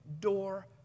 door